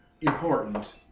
important